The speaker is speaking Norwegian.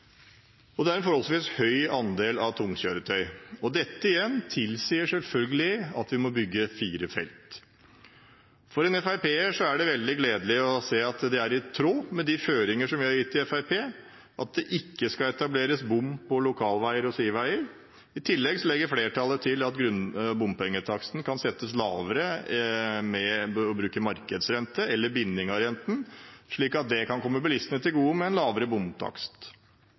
En forholdsvis høy andel tunge kjøretøy tilsier selvfølgelig at det må bygges fire felt. For en FrP-er er det veldig gledelig å se det er i tråd med de føringer som vi har gitt i NTP, at det ikke blir etablert bom på lokalveier eller sideveier. I tillegg legger flertallet til grunn at bompengetakstene kan settes lavere ved å bruke markedsrenter eller ved å binde renten, slik at det kommer bilistene til gode med en lavere bomtakst.